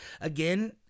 Again